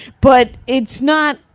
but it's not,